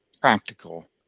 practical